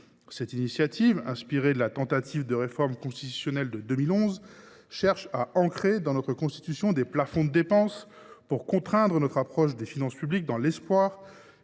Cette initiative, inspirée par la tentative de réforme constitutionnelle de 2011, cherche à ancrer dans notre Constitution des plafonds de dépenses pour contraindre notre approche des finances publiques, dans l’espoir